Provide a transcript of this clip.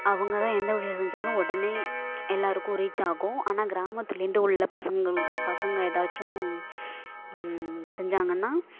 அவங்க தான் எந்த விஷயம் செஞ்சாலும் உடனே எல்லோருக்கும் ரீச் ஆகும் ஆனால் கிராமத்துலேருந்து உள்ள பசங்களுக் பசங்கள் எதாச்சும் செஞ்சாங்கன்னால்